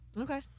Okay